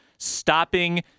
stopping